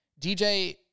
DJ